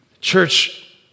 Church